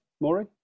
Maury